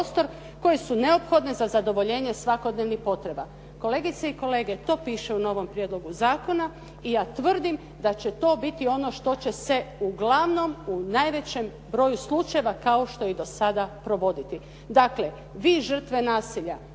koje su neophodne za zadovoljene svakodnevnih potreba". Kolegice i kolege, to piše u novom prijedlogu zakona i ja tvrdim da će to biti ono što će se uglavnom u najvećem broju slučajeva, kao što je i do sada, provoditi. Dakle, vi žrtve nasilja